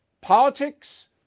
Politics